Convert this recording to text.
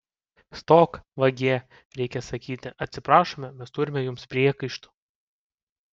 stok vagie reikia sakyti atsiprašome mes turime jums priekaištų